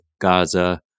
Gaza